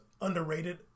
underrated